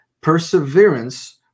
perseverance